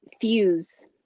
Fuse